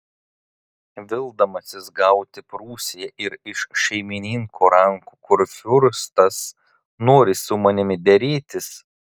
vildamasis gauti prūsiją ir iš šeimininko rankų kurfiurstas nori su manimi derėtis